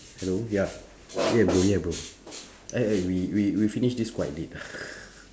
hello ya yeah bro yeah bro eh eh we we we finish this quite late ah